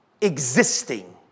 existing